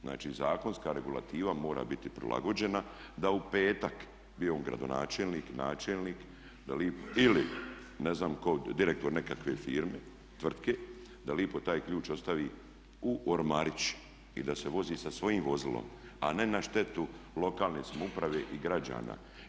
Znači, zakonska regulativa mora biti prilagođena da u petak bio on gradonačelnik, načelnik ili ne znam tko, direktor nekakve firme, tvrtke da lijepo taj ključ ostavi u ormarić i da se vozi sa svojim vozilom a ne na štetu lokalne samouprave i građana.